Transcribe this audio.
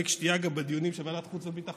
שתייה גם בדיונים של ועדת החוץ והביטחון,